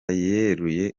yeruye